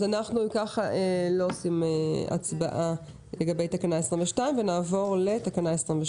אז אנחנו לא עושים הצבעה לגבי תקנה 22. נעבור לתקנה 23,